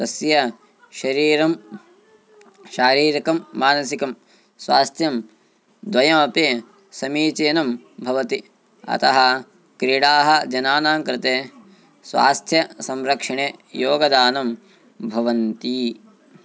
तस्य शरीरं शारीरिकं मानसिकं स्वास्थ्यं द्वयमपि समीचीनं भवति अतः क्रीडाः जनानां कृते स्वास्थ्यसंरक्षणे योगदानं भवन्ति